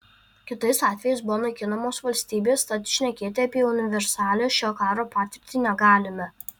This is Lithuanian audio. kitais atvejais buvo naikinamos valstybės tad šnekėti apie universalią šio karo patirtį negalime